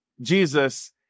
Jesus